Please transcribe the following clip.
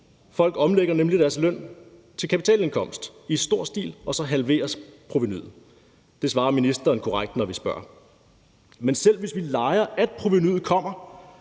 Folk omlægger nemlig deres løn til kapitalindkomst i stor stil, og så halveres provenuet. Det svarer ministeren korrekt, når vi spørger. Men selv hvis vi leger, at provenuet kommer,